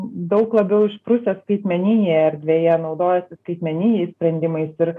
daug labiau išprusę skaitmeninėje erdvėje naudojasi skaitmeniniais sprendimais ir